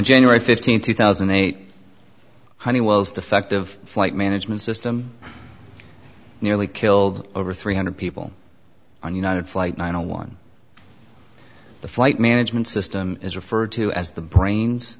january fifteenth two thousand and eight honeywell's defective flight management system nearly killed over three hundred people on united flight nine zero one the flight management system is referred to as the brains